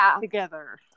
together